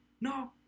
No